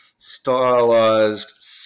stylized